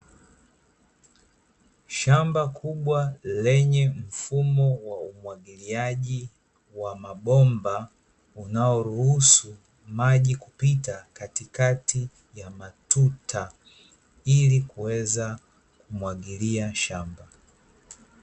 Shamba kubwa lenye mfumo wa umwagiliaji wa mabomba, unaoruhusu maji kupita katikati ya matuta, ili kuweza kumwagilia shamba.